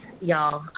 y'all